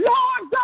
Lord